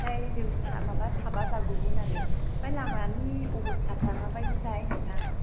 ओमफ्राय जों माबा साबा जागौमोन आरो ओमफ्राय लामानि अब'स्थाफोरा माबायदिथाय नोंथां